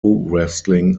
wrestling